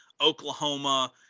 Oklahoma